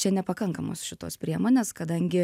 čia nepakankamos šitos priemonės kadangi